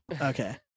okay